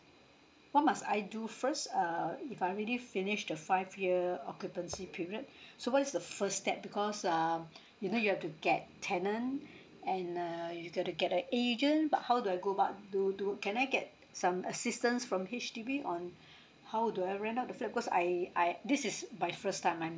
what must I do first err if I already finished the five year occupancy period so what is the first step because um you know you have to get tenant and err you got to get a agent but how do I go about do do can I get some assistance from H_D_B on how do I rent out the flat because I I this is my first time I'm